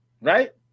right